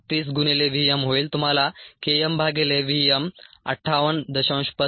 35 गुणिले v m होईल तुम्हाला k m भागिले v m 58